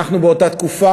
אנחנו, באותה תקופה,